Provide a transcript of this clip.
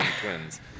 twins